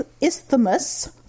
Isthmus